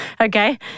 okay